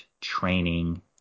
training